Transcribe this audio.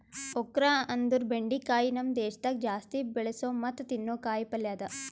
okra ಅಂದುರ್ ಬೆಂಡಿಕಾಯಿ ನಮ್ ದೇಶದಾಗ್ ಜಾಸ್ತಿ ಬೆಳಸೋ ಮತ್ತ ತಿನ್ನೋ ಕಾಯಿ ಪಲ್ಯ ಅದಾ